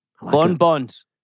Bonbons